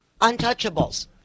Untouchables